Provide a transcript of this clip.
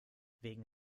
wegen